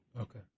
Okay